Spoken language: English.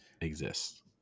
exists